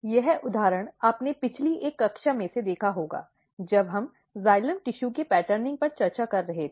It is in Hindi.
यह उदाहरण आपने पिछली एक कक्षा में से देखा होगा जब हम जाइलम टिशू के पैटर्निंग पर चर्चा कर रहे थे